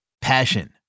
Passion